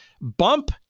Bump